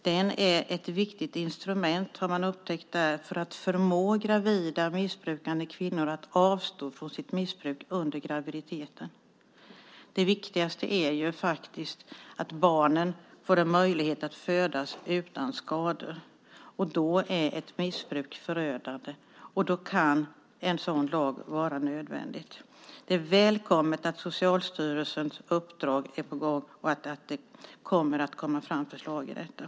Den är ett viktigt instrument, har man upptäckt, för att förmå gravida missbrukande kvinnor att avstå från sitt missbruk under graviditeten. Det viktigaste är ju att barnen får möjlighet att födas utan skador. Då är ett missbruk förödande, och då kan en sådan här lag vara nödvändig. Det är välkommet att Socialstyrelsens uppdrag är på gång och att det kommer att komma fram förslag i detta.